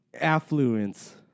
Affluence